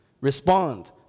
respond